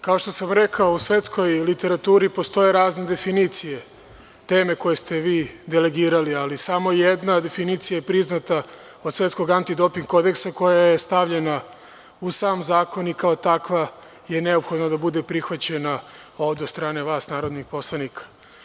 Kao što sam rekao u svetskoj literaturi postoje razne definicije teme koje ste vi delegirali, ali samo jedna definicija je priznata od Svetskog antidoping kodeksa koja je stavljena u sam zakon i kao takva je neophodno da bude prihvaćene, ovde od strane vas narodnih poslanika.